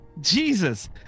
Jesus